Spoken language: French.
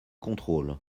contrôle